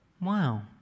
Wow